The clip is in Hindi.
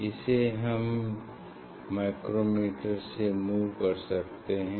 इसे हम माइक्रोमीटर से मूव कर सकते हैं